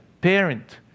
parent